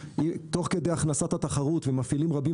תוך כדי הכנסת התחרות ומפעילים רבים